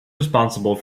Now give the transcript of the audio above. responsible